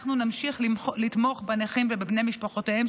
אנחנו נמשיך לתמוך בנכים ובבני משפחותיהם,